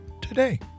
today